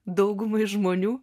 daugumai žmonių